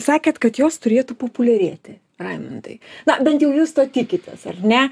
sakėt kad jos turėtų populiarėti raimundai na bent jau jūs to tikitės ar ne